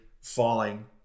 falling